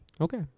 Okay